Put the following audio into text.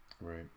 right